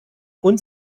und